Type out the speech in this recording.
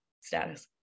status